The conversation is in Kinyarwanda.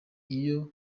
iyo